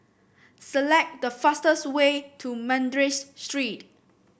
select the fastest way to Madras Street